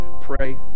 pray